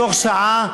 שתוך שעה,